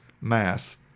mass